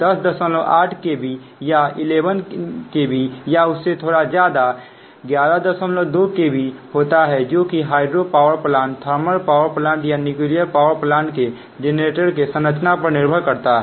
लेकिन आमतौर पर यह 108 kV या 11 kVया उससे थोड़ा ज्यादा 112 होता है जो कि hydro power plant thermal power plant या न्यूक्लियर पावर प्लांट के जेनरेटर के संरचना पर निर्भर करता है